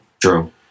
True